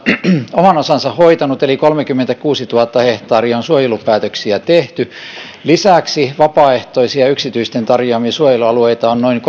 oman osansa hoitanut eli kolmekymmentäkuusituhatta hehtaaria on suojelupäätöksiä tehty lisäksi vapaaehtoisia yksityisten tarjoamia suojelualueita on noin